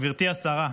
גברתי השרה,